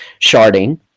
sharding